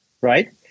right